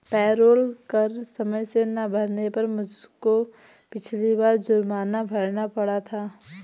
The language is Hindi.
पेरोल कर समय से ना भरने पर मुझको पिछली बार जुर्माना भरना पड़ा था